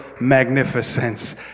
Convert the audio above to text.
magnificence